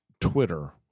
Twitter